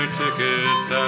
tickets